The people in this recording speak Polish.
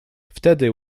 wtedy